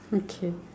okay